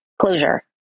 closure